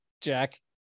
Jack